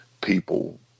people